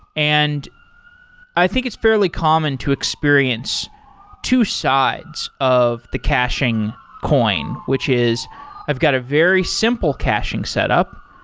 and i think it's fairly common to experience two sides of the caching coin, which is i've got a very simple caching setup,